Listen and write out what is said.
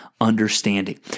understanding